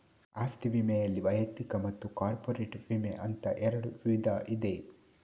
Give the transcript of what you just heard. ಆಸ್ತಿ ವಿಮೆನಲ್ಲಿ ವೈಯಕ್ತಿಕ ಮತ್ತು ಕಾರ್ಪೊರೇಟ್ ವಿಮೆ ಅಂತ ಎರಡು ವಿಧ ಇದೆ